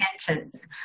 sentence